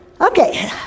Okay